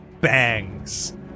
bangs